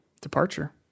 Departure